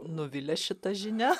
nuvylė šita žinia